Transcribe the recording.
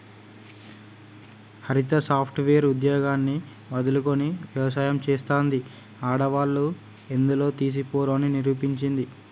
హరిత software ఉద్యోగాన్ని వదులుకొని వ్యవసాయం చెస్తాంది, ఆడవాళ్లు ఎందులో తీసిపోరు అని నిరూపించింది